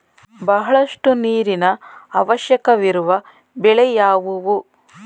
ಬಹಳಷ್ಟು ನೀರಿನ ಅವಶ್ಯಕವಿರುವ ಬೆಳೆ ಯಾವುವು?